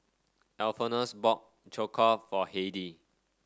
Alphonsus bought Jokbal for Heidy